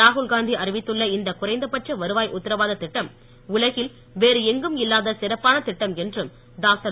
ராகுல்காந்தி அறிவித்துள்ள இந்த குறைந்தபட்ச வருவாய் உத்தரவாத திட்டம் உலகில் வேறு எங்கும் இல்லாத சிறப்பான திட்டம் என்றும் டாக்டர்